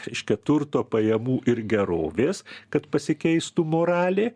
reiškia turto pajamų ir gerovės kad pasikeistų moralė